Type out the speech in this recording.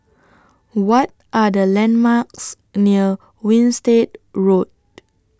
What Are The landmarks near Winstedt Road